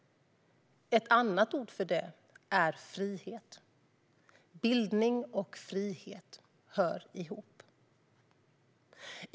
Ett annat ord för detta är frihet. Bildning och frihet hör ihop.